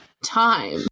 time